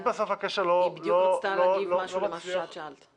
היא בדיוק רצתה להגיב למשהו שאת שאלת.